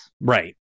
Right